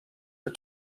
are